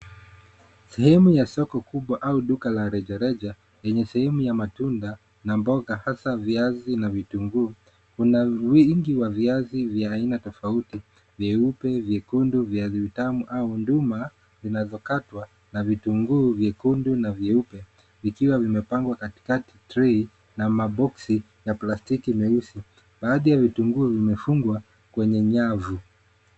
Sehemu ya soko kubwa au duka la rejareja, yenye sehemu ya matunda, na mboga hasa viazi na vitunguu. Kuna wingi wa viazi vya aina tofauti: vyeupe, vyekundu, viazi vitamu au nduma, zinazokatwa, na vitunguu vyekundu na vyeupe, vikiwa vimepangwa katikati trei na maboksi, ya plastiki nyeusi. Baadhi ya vitunguu vimefungwa, kwenye nyavu.